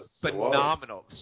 Phenomenal